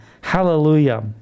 Hallelujah